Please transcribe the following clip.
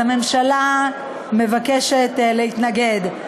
אז הממשלה מבקשת להתנגד.